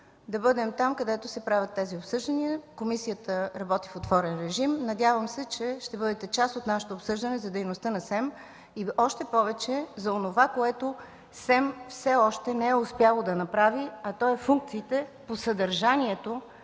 да бъдем там, където се правят тези обсъждания. Комисията работи в отворен режим. Надявам се, че ще бъдете част от нашето обсъждане за дейността на СЕМ, още повече за това, което СЕМ все още не е успял да направи, а то е функциите по съдържанието